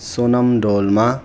Sonam Dolma